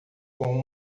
com